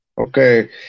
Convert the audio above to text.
Okay